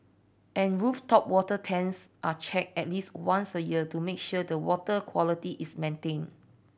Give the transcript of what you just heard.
and rooftop water tanks are checked at least once a year to make sure the water quality is maintained